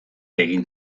egin